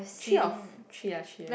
three or f~ three ah three years